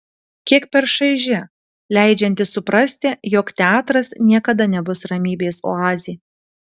kiek per šaiži leidžianti suprasti jog teatras niekada nebus ramybės oazė